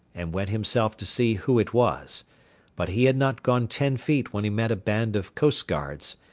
and went himself to see who it was but he had not gone ten feet when he met a band of coastguards,